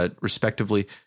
respectively